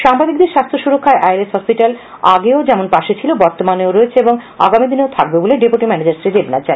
সাংবাদিকদের স্বাস্থ্য সুরক্ষায় আইএলএস হসপিটাল বিগত সময়ে যেমন পাশে ছিল বর্তমানেও রয়েছে আগামী দিনেও থাকবে বলে ডেপুটি ম্যানেজার শ্রী দেবনাথ জানান